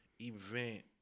event